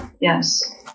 yes